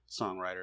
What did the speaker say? songwriter –